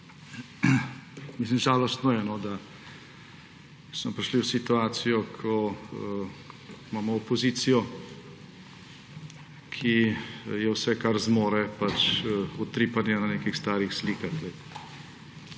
JANŠA:**Žalostno je, da smo prišli v situacijo, ko imamo opozicijo, ki je vse, kar zmore, utripanje na nekih starih slikah.